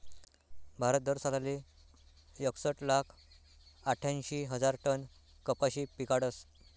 भारत दरसालले एकसट लाख आठ्यांशी हजार टन कपाशी पिकाडस